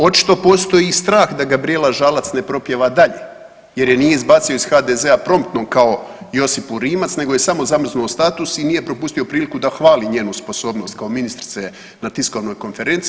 Očito postoji i strah da Gabrijela Žalac ne propjeva dalje, jer je nije izbacio iz HDZ-a promptno kao Josipu Rimac, nego je samo zamrznuo status i nije propustio priliku da hvali njenu sposobnost kao ministrice na tiskovnoj konferenciji.